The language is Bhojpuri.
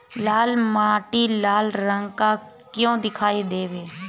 लाल मीट्टी लाल रंग का क्यो दीखाई देबे?